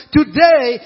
today